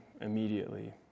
immediately